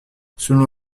selon